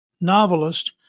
novelist